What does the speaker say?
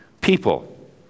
people